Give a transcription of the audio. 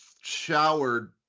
showered